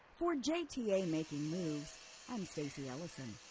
for jta making moves, i'm stacey ellison.